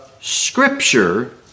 scripture